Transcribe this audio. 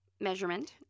measurement